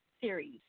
series